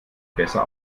besser